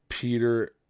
Peter